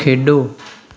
ਖੇਡੋ